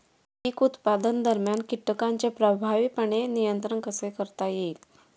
पीक उत्पादनादरम्यान कीटकांचे प्रभावीपणे नियंत्रण कसे करता येईल?